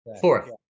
Fourth